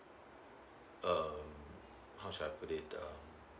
um how should I put it um